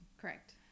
Correct